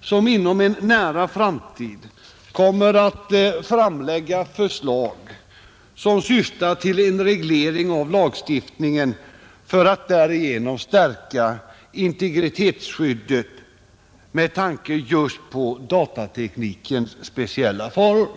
som inom en nära behoven på datateknikens område behoven på datateknikens område framtid kommer att framlägga förslag som syftar till en reglering av lagstiftningen för att därigenom stärka integritetsskyddet med tanke just på datateknikens speciella faror.